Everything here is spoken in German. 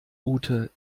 ute